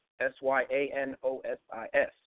S-Y-A-N-O-S-I-S